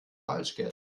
falschgeld